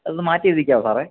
അതൊന്ന് മാറ്റിയെഴുതിക്കാമോ സാറേ